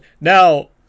now